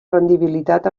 rendibilitat